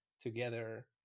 together